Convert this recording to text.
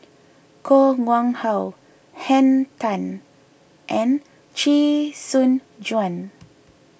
Koh Nguang How Henn Tan and Chee Soon Juan